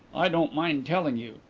i don't mind telling you.